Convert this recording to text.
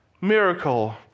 miracle